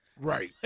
Right